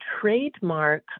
trademark